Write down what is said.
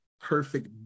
perfect